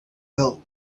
built